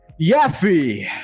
Yaffe